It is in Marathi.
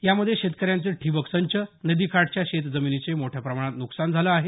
यामध्ये शेतकऱ्यांचे ठिबक संच नदीकाठच्या शेतजमिनीचे मोठ्या प्रमाणात न्कसान झाले आहे